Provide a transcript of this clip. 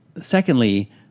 secondly